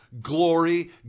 glory